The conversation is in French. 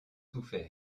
souffert